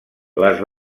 les